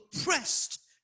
oppressed